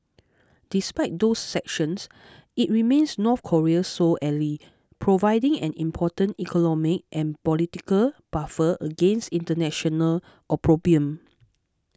despite those sanctions it remains North Korea's sole ally providing an important economic and political buffer against international opprobrium